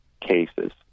cases